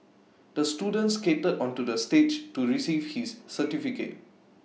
the student skated onto the stage to receive his certificate